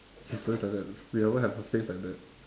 which is always like that we also have a phase like that